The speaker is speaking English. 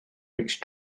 which